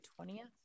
20th